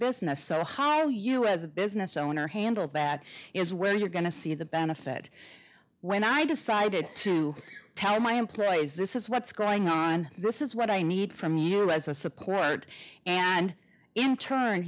business so hard you as a business owner handle that is where you're going to see the benefit when i decided to tell my employees this is what's going on this is what i need from you as a support and in turn